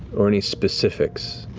or any specifics.